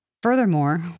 Furthermore